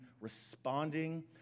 responding